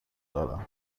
دارمی